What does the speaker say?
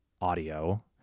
audio